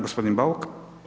Gospodin Bauk.